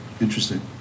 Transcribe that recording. Interesting